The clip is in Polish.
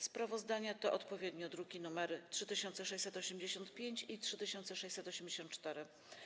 Sprawozdania to odpowiednio druki nr 3685 i 3684.